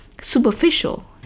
superficial